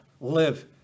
live